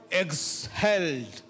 exhaled